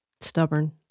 stubborn